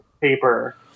paper